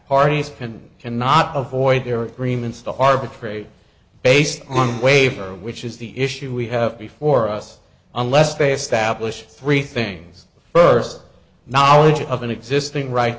parties can cannot avoid their agreements to arbitrate based on waiver which is the issue we have before us unless they establish three things first knowledge of an existing right